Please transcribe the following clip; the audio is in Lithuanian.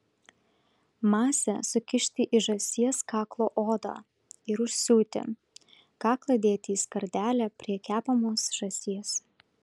masę sukišti į žąsies kaklo odą ir užsiūti kaklą dėti į skardelę prie kepamos žąsies